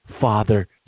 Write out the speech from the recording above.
Father